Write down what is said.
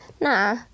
Nah